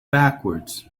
backwards